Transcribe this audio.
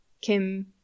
Kim